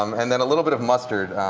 um and then a little bit of mustard.